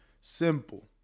Simple